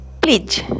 please